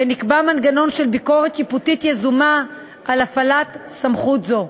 ונקבע מנגנון של ביקורת שיפוטית יזומה על הפעלת סמכות זו.